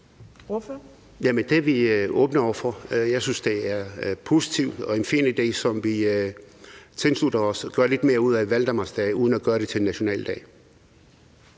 er vi åbne over for. Jeg synes, det er positivt og en fin idé, og vi tilslutter os at gøre lidt mere ud af valdemarsdag uden at gøre det til en nationaldag.